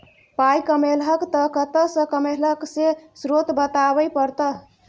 पाइ कमेलहक तए कतय सँ कमेलहक से स्रोत बताबै परतह